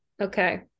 Okay